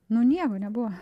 nu nieko nebuvo